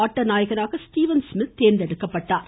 ஆட்டநாயகனாக Steven Smith தேர்ந்தெடுக்கப்பட்டார்